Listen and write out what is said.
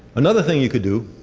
another thing you could do